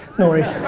no worries.